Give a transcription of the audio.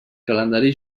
calendari